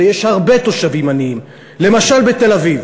ויש הרבה תושבים עניים למשל בתל-אביב